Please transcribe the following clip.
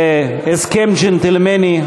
זה הסכם ג'נטלמני,